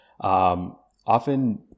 often